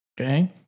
Okay